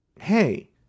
hey